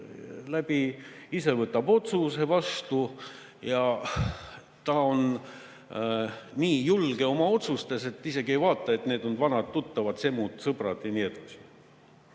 läbi, ise võtab otsuse vastu. Ja ta on nii julge oma otsustes, et isegi ei vaata, et need on vanad tuttavad, semud, sõbrad ja nii edasi.